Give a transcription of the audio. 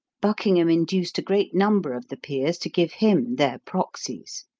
buckingham induced a great number of the peers to give him their proxies.